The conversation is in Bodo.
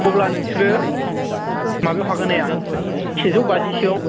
अब्ला नोंसोरो माबायाव हागोन ना हाया सेजौ बाजिसोआव